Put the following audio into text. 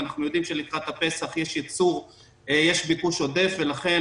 אנחנו יודעים שלקראת פסח יש ביקוש עודף ולכן